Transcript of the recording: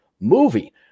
movie